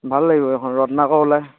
ভাল লাগিব এইখন ৰত্নাকৰ ওলায়